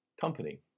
company